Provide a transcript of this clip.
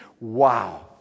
Wow